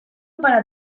para